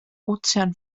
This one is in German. ozean